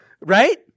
Right